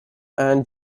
and